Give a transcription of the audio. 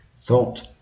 Thought